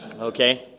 Okay